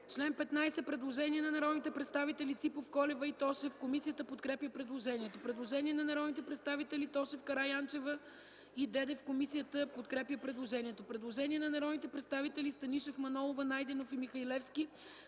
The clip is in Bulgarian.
ФИДОСОВА: Предложение на народните представители Ципов, Колева и Тошев за чл. 15. Комисията подкрепя предложението. Предложение на народните представители Тошев, Караянчева и Дедев. Комисията подкрепя предложението. Предложение от народните представители Станишев, Манолова, Найденов и Михалевски: